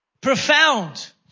Profound